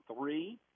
three